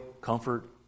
comfort